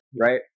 right